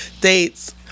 dates